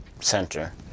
center